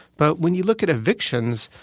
but when you look at evictions,